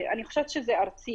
אני חושבת שזה ארצי,